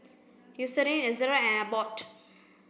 Eucerin Ezerra and Abbott